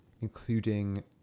Including